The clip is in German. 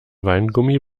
weingummi